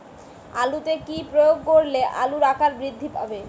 আলুতে কি প্রয়োগ করলে আলুর আকার বৃদ্ধি পাবে?